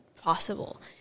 possible